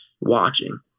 watching